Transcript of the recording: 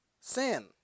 sin